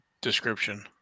description